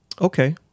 Okay